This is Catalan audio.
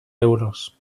euros